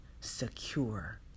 secure